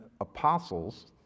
apostles